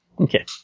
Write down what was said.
Okay